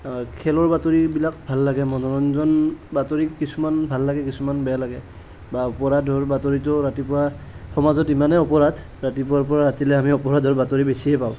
খেলৰ বাতৰিবিলাক ভাল লাগে মনোৰঞ্জনৰ বাতৰি কিছুমান ভাল লাগে কিছুমান বেয়া লাগে বা অপৰাধৰ বাতৰিতো সমাজত ইমানেই অপৰাধ ৰাতিপুৱাৰ পৰা ৰাতিলৈ আমি অপৰাধৰ বাতৰি বেছিয়েই পাওঁ